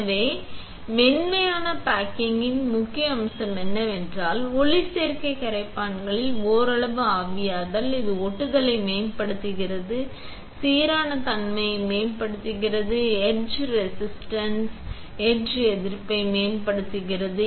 எனவே ஆனால் மென்மையான பேக்கிங்கின் முக்கிய அம்சம் என்னவென்றால் ஒளிச்சேர்க்கை கரைப்பான்களின் ஓரளவு ஆவியாதல் இது ஒட்டுதலை மேம்படுத்துகிறது சீரான தன்மையை மேம்படுத்துகிறது எட்ச் ரெட்ச்சிங் எட்ச் எதிர்ப்பை மேம்படுத்துகிறது